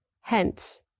Hence